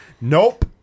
nope